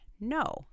No